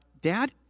Dad